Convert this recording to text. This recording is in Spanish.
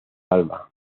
alma